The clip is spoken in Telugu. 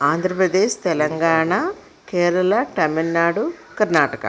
ఆంధ్రప్రదేశ్ తెలంగాణ కేరళ తమిళనాడు కర్ణాటక